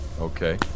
Okay